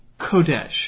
Kodesh